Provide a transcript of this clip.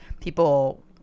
people